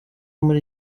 muri